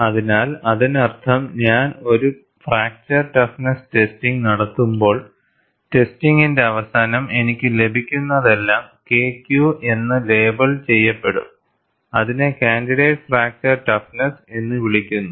അതിനാൽ അതിനർത്ഥം ഞാൻ ഒരു ഫ്രാക്ചർ ടഫ്നെസ് ടെസ്റ്റിംഗ് നടത്തുമ്പോൾ ടെസ്റ്റിന്റെ അവസാനം എനിക്ക് ലഭിക്കുന്നതെല്ലാം KQ എന്ന് ലേബൽ ചെയ്യപ്പെടും അതിനെ കാൻഡിഡേറ്റ് ഫ്രാക്ചർ ടഫ്നെസ് എന്ന് വിളിക്കുന്നു